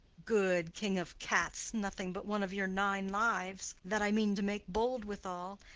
good king of cats, nothing but one of your nine lives. that i mean to make bold withal,